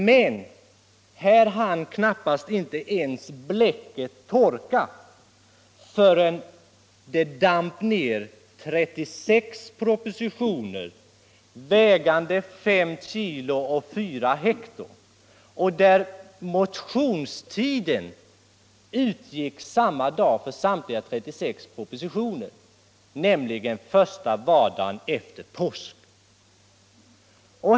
Men här hann knappast bläcket torka förrän det damp ner 36 propositioner vägande 5 kg och 4 hg. Motionstiden utgick samma dag för samtliga 36 propositionerna, nämligen första vardagen efter påsk.